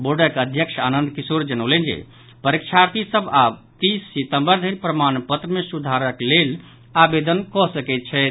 बोर्डक अध्यक्ष आनंद किशोर जनौलनि जे परीक्षार्थी सभ आब तीस सितंबर धरि प्रमाण पत्र मे सुधारक लेल आवेदन कऽ सकैत छथि